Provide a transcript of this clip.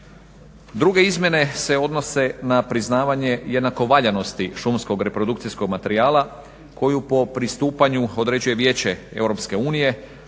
Druge izmjene se odnose na priznavanje jednako valjanosti šumskog reprodukcijskog materijala koju po pristupanju određuje Vijeće